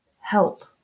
help